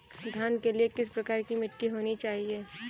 धान के लिए किस प्रकार की मिट्टी होनी चाहिए?